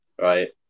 right